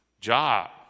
job